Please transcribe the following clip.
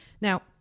Now